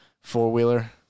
four-wheeler